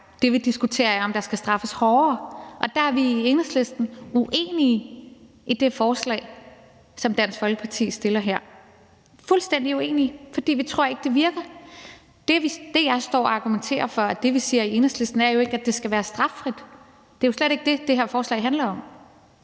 Det, vi diskuterer, er, om der skal straffes hårdere, og der er vi i Enhedslisten uenige i det forslag, som Dansk Folkeparti fremsætter her. Vi er fuldstændig uenige, fordi vi ikke tror, det virker. Det, jeg står og argumenterer for, og det, vi siger i Enhedslisten, er jo ikke, at det skal være straffrit. Det er jo slet ikke det, det her forslag handler om.